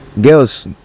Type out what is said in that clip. girls